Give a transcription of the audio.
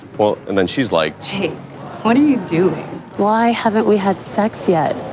well and then she's like hey what are you doing why haven't we had sex yet.